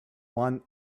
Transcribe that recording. one